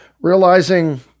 Realizing